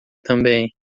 também